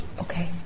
Okay